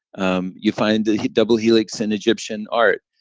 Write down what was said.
um you find the double helix in egyptian art,